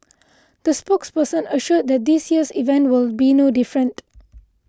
the spokesperson assured that this year's event will be no different